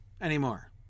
anymore